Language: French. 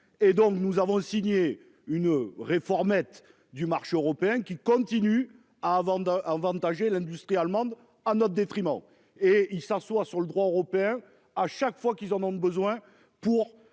et donc nous avons signé une réformette du marché européen qui continue à avant d'avantager l'industrie allemande à notre détriment et il s'assoit sur le droit européen à chaque fois qu'ils en ont besoin